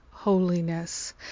holiness